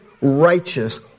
righteous